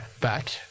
back